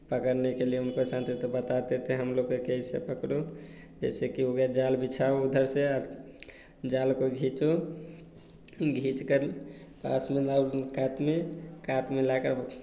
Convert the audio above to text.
पकड़ने के लिए उनको सांथे तो बताते थे हम लोग का क्या ऐसे पकड़ो जैसे कि हो गया जाल बिछो उधर से जाल को घीचो घीच कर पास में लाओ कात में कात में लाकर